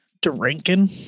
Drinking